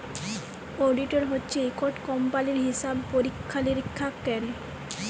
auditor হছে ইকট কম্পালির হিসাব পরিখ্খা লিরিখ্খা ক্যরে